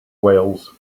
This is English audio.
wells